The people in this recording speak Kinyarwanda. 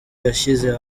yashyize